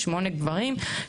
שמונה גברים,